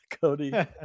Cody